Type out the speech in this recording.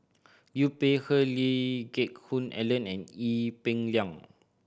Liu Peihe Lee Geck Hoon Ellen and Ee Peng Liang